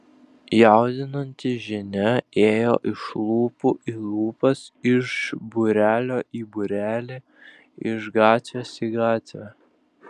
jaudinanti žinia ėjo iš lūpų į lūpas iš būrelio į būrelį iš gatvės į gatvę